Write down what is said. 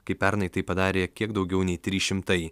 kai pernai tai padarė kiek daugiau nei trys šimtai